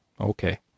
okay